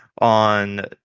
on